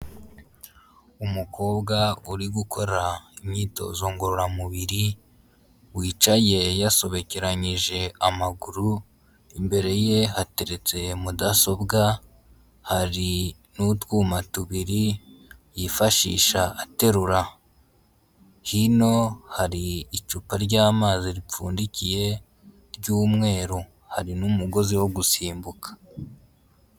Umukobwa uri gukora imyitozo ngororamubiri, wicaye yasobekeranyije amaguru, imbere ye hateretse mudasobwa, hari n'utwuma tubiri, yifashisha aterura. Hino hari icupa ry'amazi ripfundikiye ry'umweru. Hari n'umugozi wo gusimbuka.